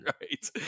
right